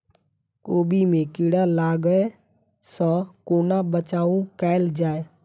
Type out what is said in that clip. कोबी मे कीड़ा लागै सअ कोना बचाऊ कैल जाएँ?